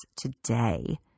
today